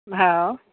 हँ